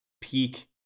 peak